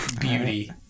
beauty